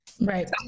right